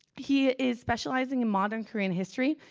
he is specializing in modern korean history,